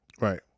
Right